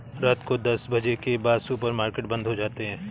रात को दस बजे के बाद सुपर मार्केट बंद हो जाता है